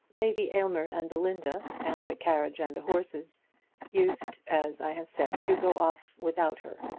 lady aylmer and belinda and the carriage and the horses used, as i have said, to go off without her.